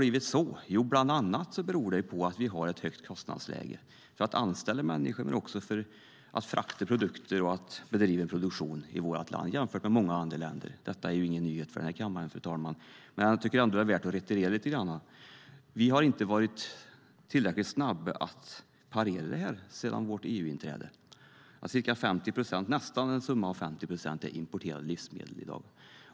Jo, det beror bland annat på att vi har ett högt kostnadsläge för att anställa människor, för att frakta produkter och för att bedriva produktion. I jämförelse med många andra länder är det högt. Detta är ingen nyhet för den här kammaren, men jag tycker ändå att det är värt att rekapitulera lite grann. Vi har inte varit tillräckligt snabba med att parera detta sedan EU-inträdet. Nästan 50 procent är importerade livsmedel i dag.